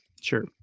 Sure